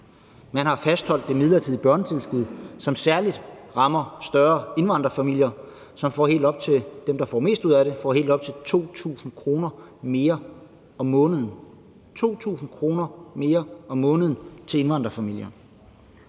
man har fastholdt det midlertidige børnetilskud, som særlig rammer større indvandrerfamilier, hvor dem, der får mest ud af det, får helt op til 2.000 kr. mere om måneden – 2.000 kr. mere om måneden til indvandrerfamilier.